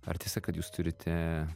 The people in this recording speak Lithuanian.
ar tiesa kad jūs turite